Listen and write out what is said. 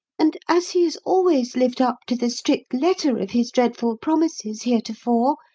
and as he has always lived up to the strict letter of his dreadful promises heretofore,